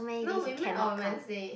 no we met on Wednesday